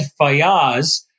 Fayaz